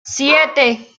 siete